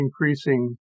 increasing